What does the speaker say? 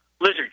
Lizard